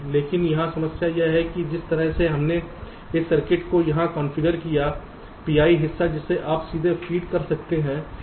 लेकिन यहां समस्या यह है कि जिस तरह से हमने इस सर्किट को यहां कॉन्फ़िगर किया है PI हिस्सा जिसे आप सीधे फीड कर सकते हैं